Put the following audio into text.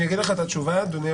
אני אגיד לך את התשובה, אדוני?